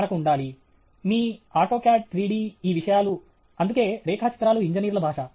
మనకు ఉండాలి మీ ఆటోకాడ్ 3 D ఈ విషయాలు అందుకే రేఖాచిత్రాలు ఇంజనీర్ల భాష